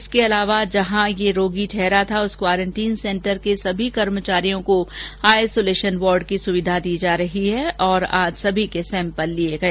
इसके अलावा जहां ये युवक ठहरा था उस क्वारंटीन सेंटर के सभी कर्मचारियों को आइसोलेशन वार्ड की सुविधा दी जा रही है और आज सभी के सैम्पल लिए गए